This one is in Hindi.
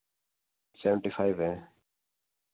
सेवंटी फाइव है